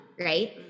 right